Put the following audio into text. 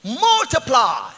multiply